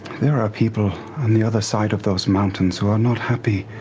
there are people on the other side of those mountains who are not happy